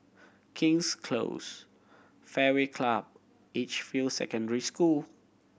King's Close Fairway Club Edgefield Secondary School